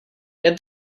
get